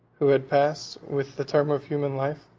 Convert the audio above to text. who had passed, within the term of human life,